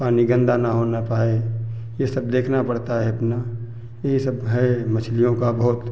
पानी गंदा ना होने पाए ये सब देखना पड़ता है अपना यही सब है मछलियों का बहुत